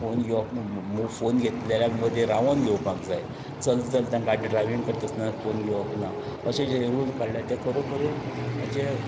phone घेवप ना phone घेतलो जाल्यार मदीं रावन घेवपाक जाय चलता चलता गाडी ड्रायव्हींग करता आसतना फोन घेवप ना अशे जे रुल्स आसा ते खरोखर हाजे